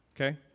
okay